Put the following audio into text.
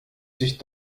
sich